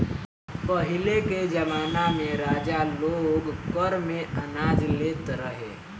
पहिले के जमाना में राजा लोग कर में अनाज लेत रहे